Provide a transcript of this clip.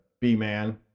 B-Man